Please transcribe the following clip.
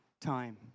time